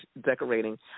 decorating